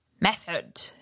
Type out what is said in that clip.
method